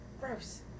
Gross